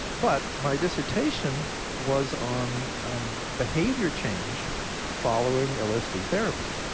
but my dissertation was on behavior change following lsd therapy.